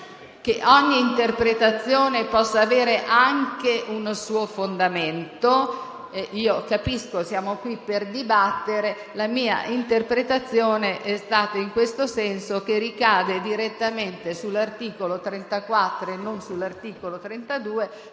ogni interpretazione possa avere anche un suo fondamento. Io capisco: siamo qui per dibattere. La mia interpretazione è stata nel senso che l'articolo 6 ricade direttamente nell'articolo 34 e non nell'articolo 32